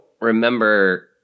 remember